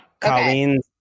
Colleen